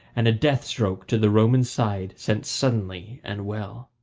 and a death-stroke to the roman's side sent suddenly and well.